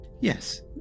Yes